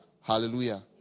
hallelujah